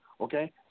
Okay